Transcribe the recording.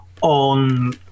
on